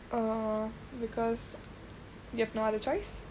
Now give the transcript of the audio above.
err because you have no other choice